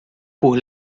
por